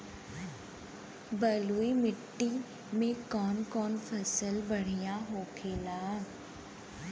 बलुई मिट्टी में कौन कौन फसल बढ़ियां होखेला?